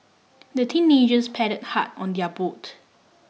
the teenagers paddled hard on their boat